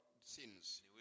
sins